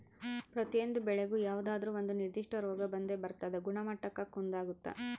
ಪ್ರತಿಯೊಂದು ಬೆಳೆಗೂ ಯಾವುದಾದ್ರೂ ಒಂದು ನಿರ್ಧಿಷ್ಟ ರೋಗ ಬಂದೇ ಬರ್ತದ ಗುಣಮಟ್ಟಕ್ಕ ಕುಂದಾಗುತ್ತ